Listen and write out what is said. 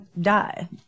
die